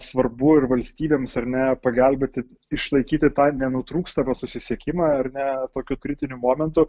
svarbu ir valstybėms ar net pagelbėti išlaikyti tą nenutrūkstamą susisiekimą ar ne tokiu kritiniu momentu